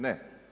Ne.